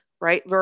right